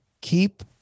keep